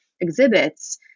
exhibits